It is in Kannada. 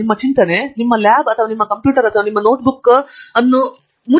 ಪ್ರೊಫೆಸರ್ ಆಂಡ್ರ್ಯೂ ಥಂಗರಾಜ್ ಆದರೆ ಫಣಿ ಕೆಲವು ಕೆಟ್ಟದಾಗಿ ಧರಿಸಿರುವ ಸಂಶೋಧಕರು ಕೂಡಾ ಇದ್ದಾರೆ